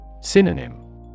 Synonym